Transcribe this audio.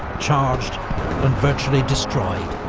charged and virtually destroyed.